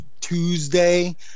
Tuesday